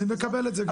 אני מקבל את זה גברתי.